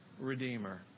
redeemer